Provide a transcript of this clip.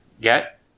get